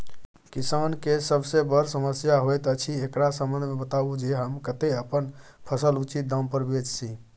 किसान के सबसे बर समस्या होयत अछि, एकरा संबंध मे बताबू जे हम कत्ते अपन फसल उचित दाम पर बेच सी?